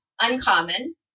uncommon